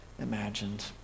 imagined